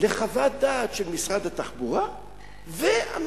לחוות דעת של משרד התחבורה והמשרד